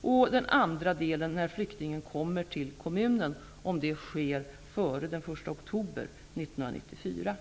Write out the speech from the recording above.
och en del när flyktingen kommer till kommunen, om det sker för den 1 oktober 1994.